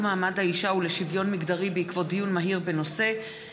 מעמד האישה ולשוויון מגדרי בעקבות דיון מהיר בהצעתם